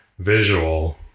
Visual